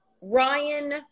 Ryan